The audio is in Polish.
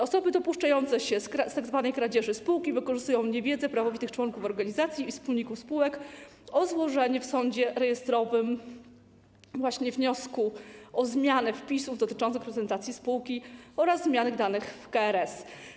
Osoby dopuszczające się tzw. kradzieży spółki wykorzystują niewiedzę prawowitych członków organizacji i wspólników spółek, chodzi o złożenie w sądzie rejestrowym właśnie wniosku o zmianę wpisów dotyczących reprezentacji spółki oraz zmiany danych w KRS.